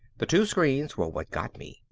the two screens were what got me.